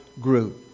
group